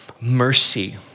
mercy